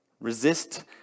Resist